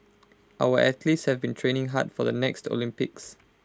our athletes have been training hard for the next Olympics